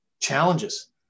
challenges